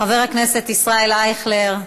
חבר הכנסת ישראל אייכלר,